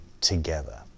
together